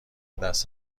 دست